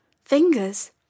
Fingers